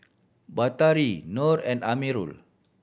Batari Nor and Amirul